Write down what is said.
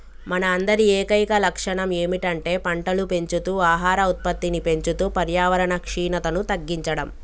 మన అందరి ఏకైక లక్షణం ఏమిటంటే పంటలు పెంచుతూ ఆహార ఉత్పత్తిని పెంచుతూ పర్యావరణ క్షీణతను తగ్గించడం